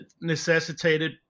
necessitated